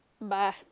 Bye